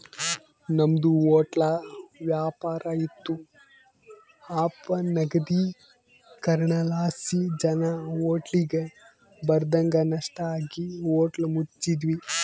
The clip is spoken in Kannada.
ನಮ್ದು ಹೊಟ್ಲ ವ್ಯಾಪಾರ ಇತ್ತು ಅಪನಗದೀಕರಣಲಾಸಿ ಜನ ಹೋಟ್ಲಿಗ್ ಬರದಂಗ ನಷ್ಟ ಆಗಿ ಹೋಟ್ಲ ಮುಚ್ಚಿದ್ವಿ